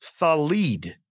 Thalid